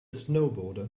snowboarder